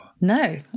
No